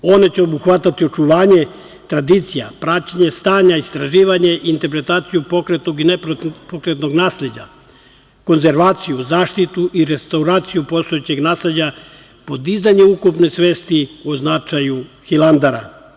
Oni će obuhvatiti očuvanje tradicije, pratnje stanja i istraživanje, interpretaciju pokretnog i nepokretnog nasleđa, konzervaciju, zaštitu i restauraciju postojećeg nasleđa, podizanje ukupne svesti o značaju Hilandara.